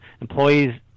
employees